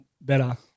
better